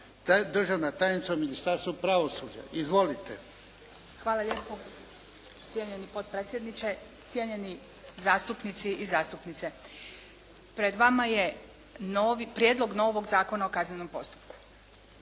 državna tajnica u Ministarstvu pravosuđa. Izvolite. **Vučetić, Tatijana** Cijenjeni potpredsjedniče, cijenjeni zastupnici i zastupnice. Pred vama je prijedlog novog Zakona o kaznenom postupku.